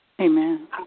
Amen